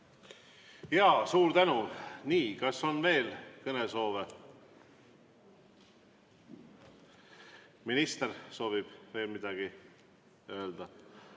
Suur tänu! Nii, kas on veel kõnesoove? Kas minister soovib veel midagi öelda?